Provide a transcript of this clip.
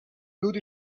good